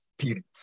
spirit